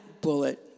bullet